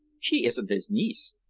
she isn't his niece.